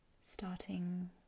starting